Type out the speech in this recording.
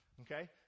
okay